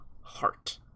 heart